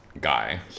guy